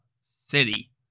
City